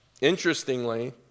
Interestingly